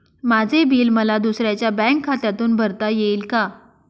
माझे बिल मला दुसऱ्यांच्या बँक खात्यातून भरता येईल का?